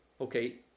Okay